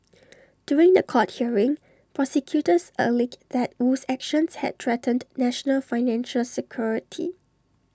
during The Court hearing prosecutors alleged that Wu's actions had threatened national financial security